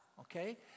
okay